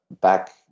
back